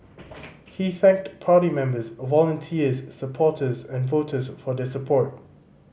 he thanked party members volunteers supporters and voters for their support